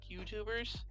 youtubers